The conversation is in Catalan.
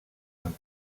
amb